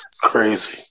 Crazy